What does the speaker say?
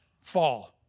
fall